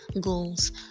goals